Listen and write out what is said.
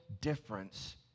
difference